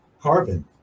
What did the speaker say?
carbon